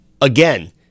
Again